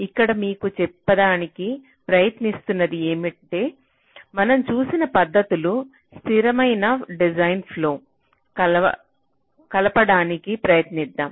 ఇక్కడ మీకు చెప్పడానికి ప్రయత్నిస్తున్నది ఏమంటే మనం చూసిన పద్ధతులు స్థిరమైన డిజైన్ ఫ్లొ కలపడానికి ప్రయత్నిద్దాం